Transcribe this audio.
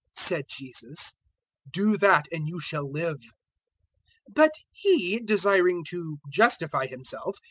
said jesus do that, and you shall live but he, desiring to justify himself,